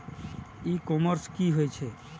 ई commerce की होए छै?